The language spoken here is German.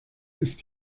ist